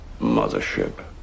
mothership